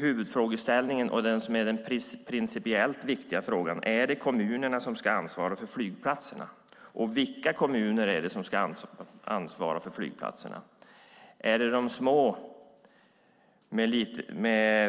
Huvudfrågan, och den fråga som är principiellt viktigast är: Är det kommunerna som ska ansvara för flygplatserna? Vilka kommuner är det som ska ansvara för flygplatserna? Är det de små